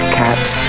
cats